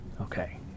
Okay